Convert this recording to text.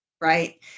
right